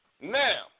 Now